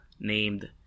named